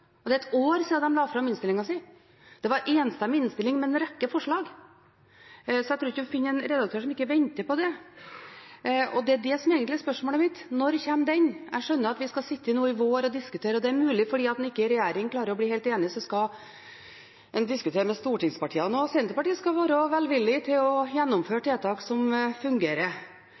og det er et år siden de la fram innstillingen sin. Det var en enstemmig innstilling med en rekke forslag. Så jeg tror ikke man finner én redaktør som ikke venter på det. Og det er det som egentlig er spørsmålet mitt: Når kommer den? Jeg skjønner at vi nå skal sitte i vår og diskutere det, og det er mulig det er fordi en i regjering ikke klarer å bli helt enig at en skal diskutere med stortingspartiene. Senterpartiet skal være velvillig når det gjelder å gjennomføre tiltak som fungerer.